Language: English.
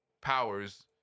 powers